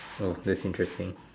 oh that's interesting